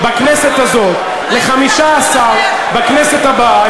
בכנסת הזאת ל-15 בכנסת הבאה,